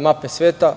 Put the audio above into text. mape sveta,